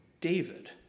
david